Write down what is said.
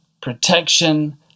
protection